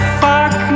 fuck